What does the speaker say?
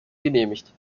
genehmigt